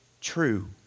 true